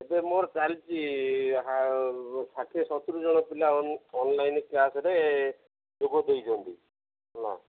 ଏବେ ମୋର ଚାଲିଛି ଷାଠିଏ ସତୁରୀ ଜଣ ପିଲା ଅନଲାଇନ୍ କ୍ଲାସ୍ରେ ଯୋଗ ଦେଇଛନ୍ତି ହଁ